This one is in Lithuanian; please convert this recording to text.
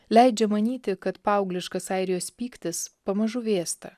leidžia manyti kad paaugliškas airijos pyktis pamažu vėsta